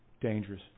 dangerous